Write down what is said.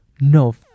no